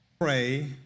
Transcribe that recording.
pray